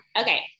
Okay